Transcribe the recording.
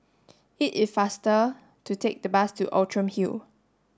it is faster to take the bus to Outram Hill